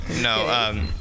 No